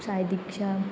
सायदिक्षा